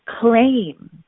claim